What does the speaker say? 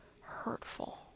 hurtful